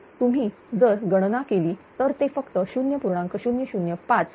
तर तुम्ही जर गणना केली तर ते फक्त 0